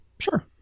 Sure